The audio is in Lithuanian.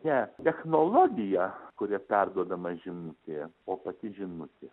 ne technologija kuria perduodama žinutė o pati žinutė